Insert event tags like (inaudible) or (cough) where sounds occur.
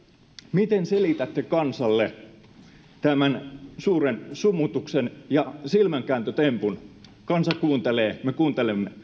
miten selitätte kansalle tämän suuren sumutuksen ja silmänkääntötempun kansa kuuntelee me kuuntelemme (unintelligible)